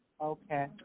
okay